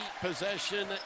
possession